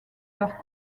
leurs